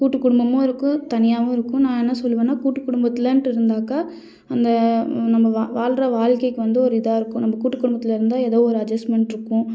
கூட்டு குடும்பமும் இருக்கும் தனியாகவும் இருக்கும் நான் என்ன சொல்லுவேனா கூட்டு குடும்பத்திலன்ட்டு இருந்தாக்கா அந்த நம்ம வா வாழ்ற வாழ்க்கைக்கு வந்து ஒரு இதாக இருக்கும் நம்ம கூட்டு குடும்பத்தில் இருந்தால் ஏதோ ஒரு அட்ஜஸ்மெண்ட் இருக்கும்